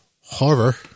horror